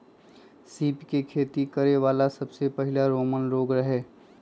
सीप के खेती करे वाला सबसे पहिले रोमन लोग रहे